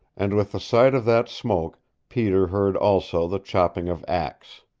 and with the sight of that smoke peter heard also the chopping of axe.